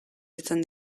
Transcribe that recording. izan